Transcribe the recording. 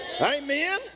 Amen